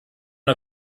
der